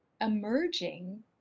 emerging